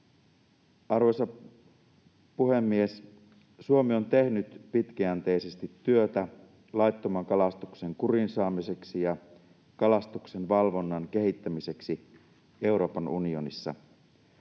Arvoisa puhemies! Suomi on tehnyt pitkäjänteisesti työtä laittoman kalastuksen kuriin saamiseksi ja kalastuksen valvonnan kehittämiseksi Euroopan unionissa.